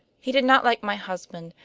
he did not like my husband,